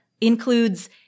includes